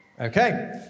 Okay